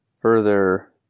further